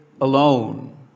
alone